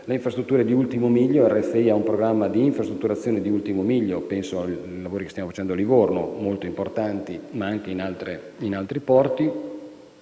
le infrastrutture di ultimo miglio, l'R6 ha un programma di infrastrutturazione di ultimo miglio; penso ai lavori che stiamo facendo a Livorno, molto importanti, ma anche in altri porti,